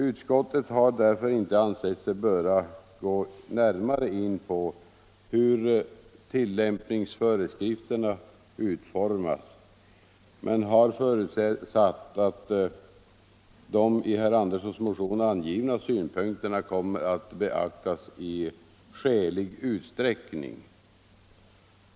Utskottet har därför inte ansett sig böra gå närmare in på hur tillämpningsföreskrifterna utformas men har förutsatt, att de i herr Anderssons motion angivna synpunkterna kommer att beaktas i skälig utsträckning.